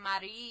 Maria